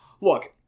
look